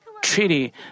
treaty